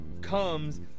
comes